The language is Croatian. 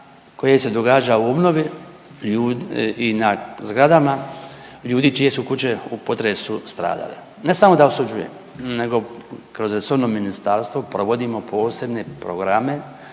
koje se događa u obnovi i na zgradama ljudi čije su kuće u potresu stradale. Ne samo da osuđujem nego kroz resorno ministarstvo provodimo posebne programe